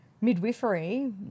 midwifery